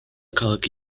ქალაქი